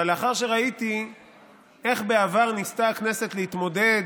אבל לאחר שראיתי איך בעבר ניסתה הכנסת להתמודד